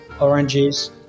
oranges